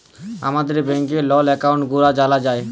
আমাদের ব্যাংকের লল একাউল্ট গুলা জালা যায়